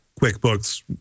QuickBooks